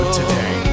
today